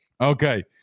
Okay